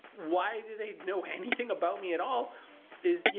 why do they know anything about me at all is, you